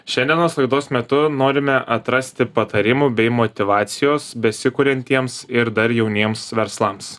šiandienos laidos metu norime atrasti patarimų bei motyvacijos besikuriantiems ir dar jauniems verslams